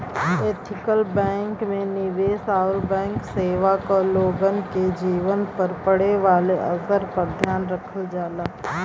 ethical bank में निवेश आउर बैंक सेवा क लोगन के जीवन पर पड़े वाले असर पर ध्यान रखल जाला